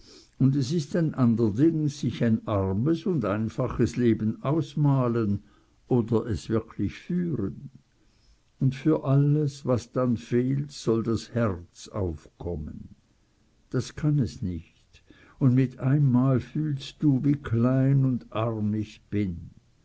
und es ist ein ander ding sich ein armes und einfaches leben ausmalen oder es wirklich führen und für alles was dann fehlt soll das herz aufkommen das kann es nicht und mit einemmal fühlst du wie klein und arm ich bin